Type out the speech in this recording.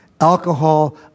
alcohol